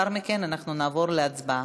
ולאחר מכן אנחנו נעבור להצבעה.